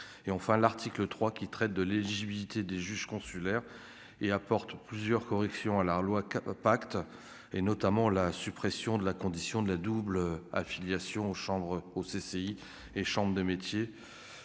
et enfin l'article 3 qui traite de l'éligibilité des juges consulaires et apporte plusieurs corrections à la loi pacte et notamment la suppression de la condition de la double affiliation chambre au CCI et chambres de métiers